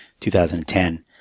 2010